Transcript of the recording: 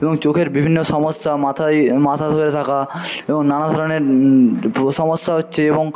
এবং চোখের বিভিন্ন সমস্যা মাথা এই মাথা ধরে থাকা এবং নানা ধরনের সমস্যা হচ্ছে এবং